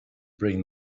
bring